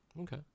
Okay